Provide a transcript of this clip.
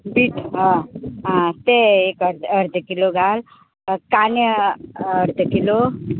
आं ते एक अर्द अर्द किलो घाल कांदे अ अर्द किलो